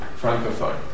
Francophone